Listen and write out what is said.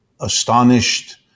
astonished